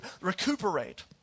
recuperate